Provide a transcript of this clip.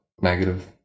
negative